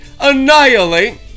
annihilate